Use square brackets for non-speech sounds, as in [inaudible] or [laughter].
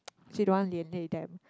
[noise] she don't want 连累 them